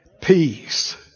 Peace